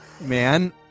Man